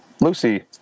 Lucy